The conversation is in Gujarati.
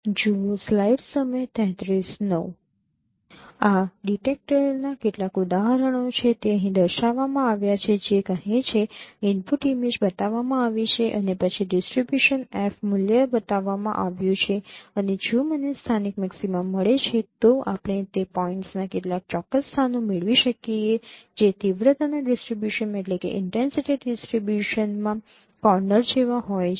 આ ડિટેક્ટરનાં કેટલાક ઉદાહરણો છે તે અહીં દર્શાવવામાં આવ્યા છે જે કહે છે ઇનપુટ ઇમેજ બતાવવામાં આવી છે અને પછી ડિસ્ટ્રિબ્યુશન f મૂલ્ય બતાવવામાં આવ્યું છે અને જો મને સ્થાનિક મૅક્સીમા મળે છે તો આપણે તે પોઇન્ટ્સના કેટલાક ચોક્કસ સ્થાનો મેળવી શકીએ જે તીવ્રતાના ડિસ્ટ્રિબ્યુશનમાં કોર્નર જેવા હોય છે